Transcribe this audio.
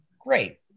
Great